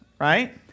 right